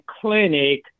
Clinic